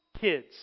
Kids